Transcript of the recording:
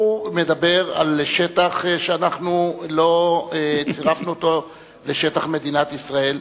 הוא מדבר על שטח שאנחנו לא צירפנו אותו לשטח מדינת ישראל,